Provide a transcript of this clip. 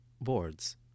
Boards